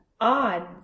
odds